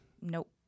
Nope